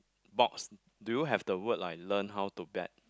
box do you have the word like learn how to bet